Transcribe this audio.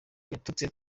yatutse